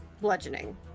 bludgeoning